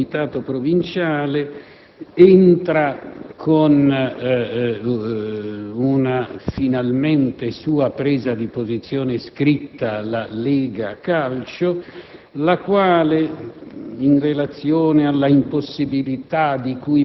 Nella riunione successiva del Comitato provinciale entra, finalmente con una sua presa di posizione scritta, la Lega calcio, la quale,